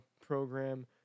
program